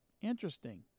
interesting